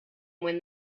when